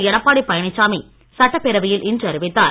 எடப்பாடி பழனிசாமி சட்டப்பேரவையில் இன்று அறிவித்தார்